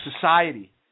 society